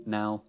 now